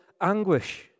anguish